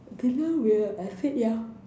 dinner will I said ya